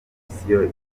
komisiyo